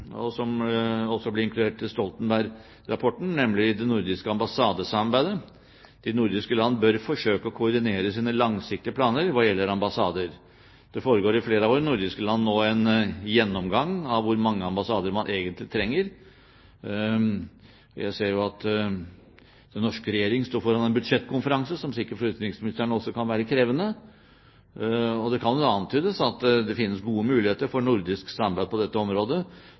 og som også ble inkludert i Stoltenberg-rapporten, nemlig det nordiske ambassadesamarbeidet. De nordiske land bør forsøke å koordinere sine langsiktige planer hva gjelder ambassader. Det foregår i flere av våre nordiske land nå en gjennomgang av hvor mange ambassader man egentlig trenger. Jeg ser jo at den norske regjering står foran en budsjettkonferanse, som sikkert for utenriksministeren også kan være krevende. Det kan vel antydes at det finnes gode muligheter for nordisk samarbeid på dette området